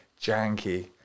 janky